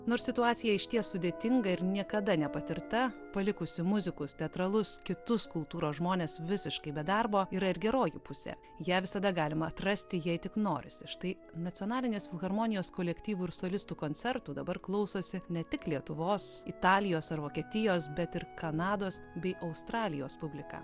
nors situacija išties sudėtinga ir niekada nepatirta palikusi muzikus teatralus kitus kultūros žmones visiškai be darbo yra ir geroji pusė ją visada galima atrasti jei tik norisi štai nacionalinės filharmonijos kolektyvų ir solistų koncertų dabar klausosi ne tik lietuvos italijos ar vokietijos bet ir kanados bei australijos publika